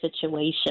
situation